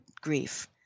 grief